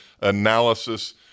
analysis